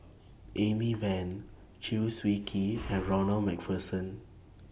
Amy Van Chew Swee Kee and Ronald MacPherson